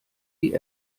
die